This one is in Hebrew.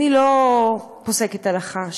אני לא פוסקת הלכה,